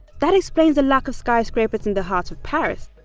that explains the lack of skyscrapers in the heart of paris,